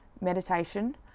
meditation